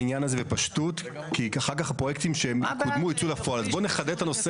בעניין הזה כי אחר כך פרויקטים --- אז בואו נחדד את הנושא